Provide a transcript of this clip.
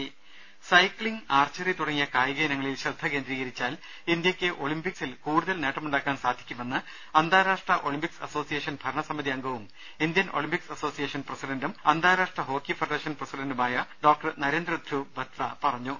ദേഴ സൈക്സിംഗ് ആർച്ചറി തുടങ്ങിയ കായിക ഇനങ്ങളിൽ ശ്രദ്ധ കേന്ദ്രീകരിച്ചാൽ ഇന്ത്യക്ക് ഒളിമ്പിക്സിൽ കൂടുതൽ നേട്ടമുണ്ടാക്കാൻ സാധിക്കുമെന്ന് അന്താരാഷ്ട്ര ഒളിമ്പിക്സ് അസോസിയേഷൻ ഭരണസമിതിയംഗവും ഇന്ത്യൻ ഒളിമ്പിക്സ് അസോസിയേഷൻ പ്രസിഡന്റും അന്താരാഷ്ട്ര ഹോക്കി ഫെഡറേഷൻ പ്രസിഡന്റുമായ ഡോക്ടർ നരേന്ദ്ര ധ്രുവ് ബത്ര പറഞ്ഞു